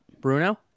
Bruno